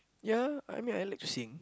ya I mean I like to sing